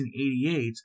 1988